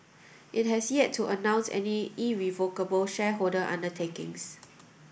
it has yet to announce any irrevocable shareholder undertakings